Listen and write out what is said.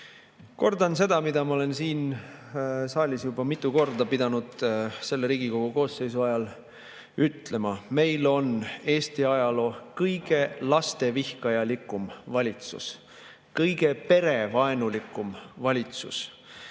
Kordan seda, mida ma olen siin saalis juba mitu korda pidanud selle Riigikogu koosseisu ajal ütlema: meil on Eesti ajaloo kõige lastevihkajalikum valitsus, kõige perevaenulikum valitsus.